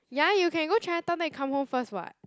ya you can go Chinatown then you come home first [what]